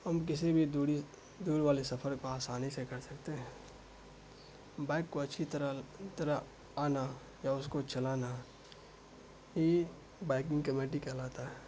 ہم کسی بھی دوری دور والے سفر کو آسانی سے کر سکتے ہیں بائک کو اچھی طرح طرح آنا یا اس کو چلانا یہ بائکنگ کمیٹی کہلاتا ہے